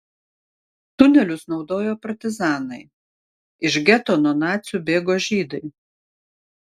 tunelius naudojo partizanai iš geto nuo nacių bėgo žydai